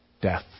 death